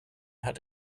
hat